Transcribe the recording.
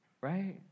right